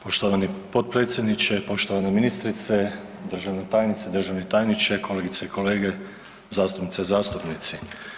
Poštovani potpredsjedniče, poštovana ministrice, državna tajnice, državni tajniče, kolegice i kolege zastupnice, zastupnici.